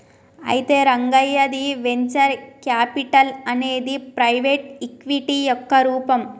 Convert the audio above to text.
అయితే రంగయ్య ది venture capital అనేది ప్రైవేటు ఈక్విటీ యొక్క రూపం